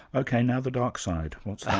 ok, now the dark side, what's that?